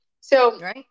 So-